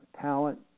talent